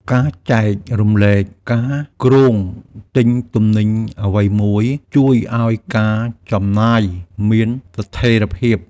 ការចែករំលែកការគ្រោងទិញទំនិញអ្វីមួយ ជួយឲ្យការចំណាយមានស្ថេរភាព។